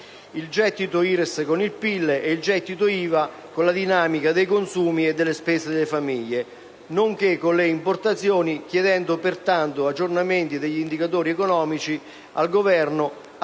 il gettito IRES con il PIL, e il gettito IVA con la dinamica dei consumi e delle spese delle famiglie, nonché con le importazioni, chiedendo pertanto aggiornamenti degli indicatori economici al Governo,